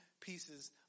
pieces